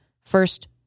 first